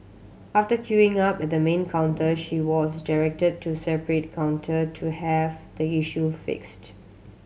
after queuing up at the main counter she was directed to separate counter to have the issue fixed